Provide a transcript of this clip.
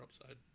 upside